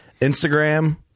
Instagram